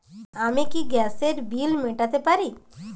আমি কি গ্যাসের বিল মেটাতে পারি?